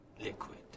liquid